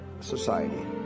society